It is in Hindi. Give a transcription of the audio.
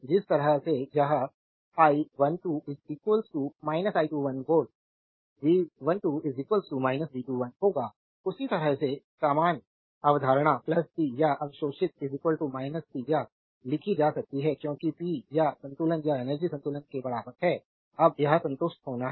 जिस तरह से यह I12 I21 V V12 V21 होगा उसी तरह से समान अवधारणा p या अवशोषित p या लिखी जा सकती है क्योंकि p या संतुलन या एनर्जी संतुलन के बराबर है अब यह संतुष्ट होना है